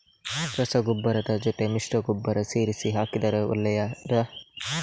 ರಸಗೊಬ್ಬರದ ಜೊತೆ ಮಿಶ್ರ ಗೊಬ್ಬರ ಸೇರಿಸಿ ಹಾಕಿದರೆ ಒಳ್ಳೆಯದಾ?